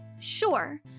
Sure